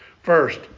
First